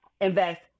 invest